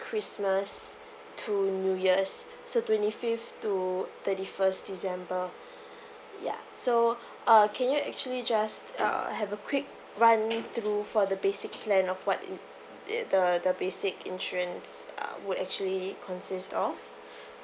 christmas to new year's so twenty fifth to thirty first december ya so uh can you actually just uh have a quick run through for the basic plan of what it it the the basic insurance uh would actually consist of